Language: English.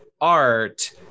art